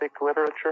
literature